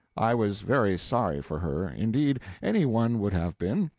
i was very sorry for her indeed, any one would have been,